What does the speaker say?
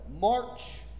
March